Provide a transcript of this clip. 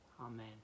Amen